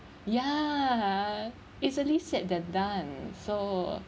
ya easily said than done so